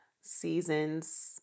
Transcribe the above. seasons